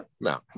No